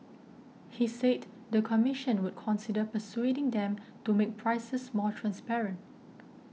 he said the commission would consider persuading them to make prices more transparent